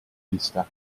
easter